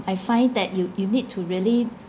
I find that you you need to really